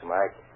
Mike